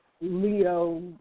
Leo